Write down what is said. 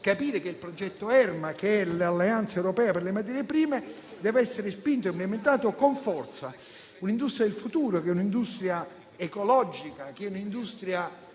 capire che il progetto ERMA, che è l'alleanza europea per le materie prime, deve essere spinto con forza. Un'industria del futuro, che è un'industria ecologica, un'industria